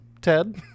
Ted